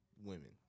women